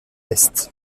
est